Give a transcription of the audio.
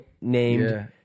named